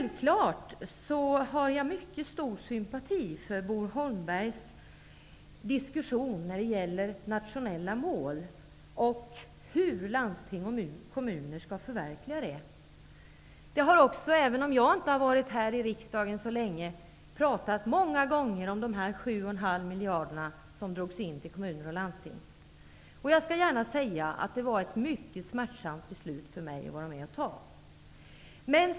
Jag har självfallet mycket stor sympati för Bo Holmbergs diskussion om nationella mål och hur landsting och kommuner skall förverkliga dem. Det har också pratats många gånger om de 7,5 miljarder som drogs in för kommuner och landsting. Jag skall gärna säga att det för mig var ett mycket smärtsamt beslut att fatta.